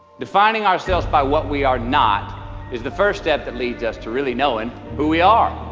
defining ourselves by what we are not is the first step that leads us to really knowing who we are